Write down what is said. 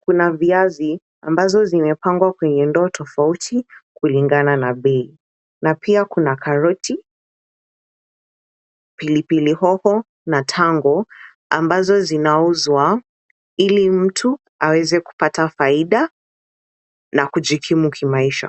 Kuna viazi ambazo zimepangwa kwenye ndoo tofauti kulingana na bei na pia kuna karoti, pilipili hoho na tango ambazo zinauzwa ili mtu aweze kupata faida na kujikimu kimaisha.